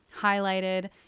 highlighted